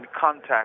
contact